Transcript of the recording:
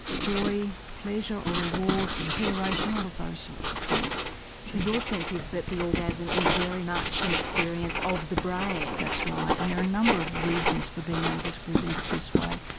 joy, pleasure or reward, exhilaration all of those sorts of things. so your sense is that the orgasm is very much an experience of the brain? that's right, and there are a number of reasons for being able to present it this way.